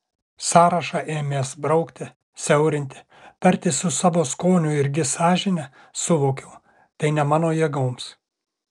sąrašą ėmęs braukyti siaurinti tartis su savo skoniu irgi sąžine suvokiau tai ne mano jėgoms